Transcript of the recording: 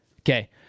Okay